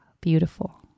Beautiful